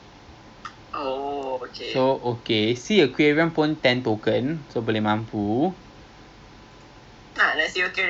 mega bounce ten ten token two mega two mega zip sixty five token kira mahal lah mega jump fifteen token